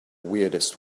weirdest